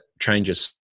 changes